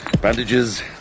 Bandages